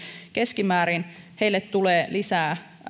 keskimäärin tulee lisää